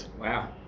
Wow